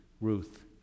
Ruth